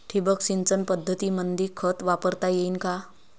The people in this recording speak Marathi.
ठिबक सिंचन पद्धतीमंदी खत वापरता येईन का?